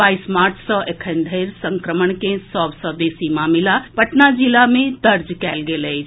बाईस मार्च सँ एखन धरि संक्रमण के सभ सँ बेसी मामिला पटना जिला मे दर्ज कएल गेल अछि